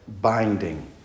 binding